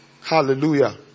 Hallelujah